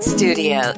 Studio